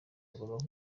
agomba